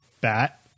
Bat